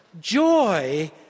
Joy